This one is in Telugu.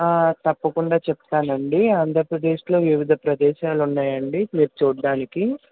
తప్పకుండా చెప్తానండి ఆంధ్రప్రదేశ్లో వివిధ ప్రదేశాలు ఉన్నాయండి మీరు చూడటానికి